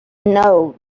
know